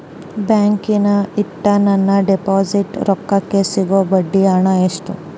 ಬ್ಯಾಂಕಿನಾಗ ಇಟ್ಟ ನನ್ನ ಡಿಪಾಸಿಟ್ ರೊಕ್ಕಕ್ಕೆ ಸಿಗೋ ಬಡ್ಡಿ ಹಣ ಎಷ್ಟು?